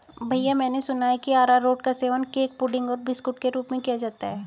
भैया मैंने सुना है कि अरारोट का सेवन केक पुडिंग और बिस्कुट के रूप में किया जाता है